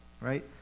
right